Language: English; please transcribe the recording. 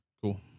Cool